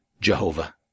Jehovah